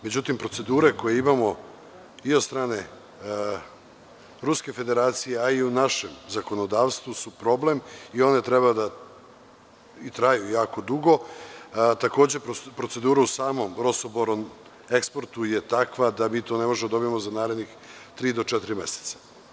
Međutim procedure koje imamo i od strane Ruske Federacije a u našem zakonodavstvu su problem i one traju jako dugo, takođe proceduru u samom „Rosoboroneksportu“ je takva, da mi to ne možemo da dobijemo za narednih tri do četiri meseca.